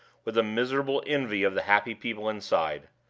with a miserable envy of the happy people inside.